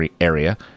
area